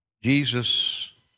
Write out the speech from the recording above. Jesus